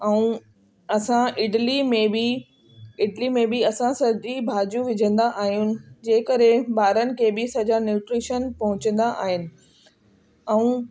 ऐं असां इडली में बि इडली में बि असां सॼी भाॼियूं विझंदा आहियूं जे करे ॿारनि खे बि सॼा न्यूट्रीशन पहुचंदा आहिनि ऐं